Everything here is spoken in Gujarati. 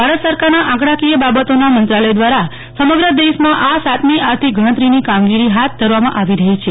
ભારત સરકાર ના આંકડાકીય બાબતોના મંત્રાલય દ્વારા સમગ્ર દેશમાં આ સાતમી આર્થિક ગણતરી ની કામાંગીરીર હાથ ધરવામાં આવી રહી છે